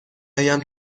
آیم